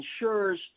insurers